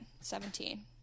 Seventeen